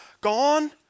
gone